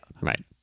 right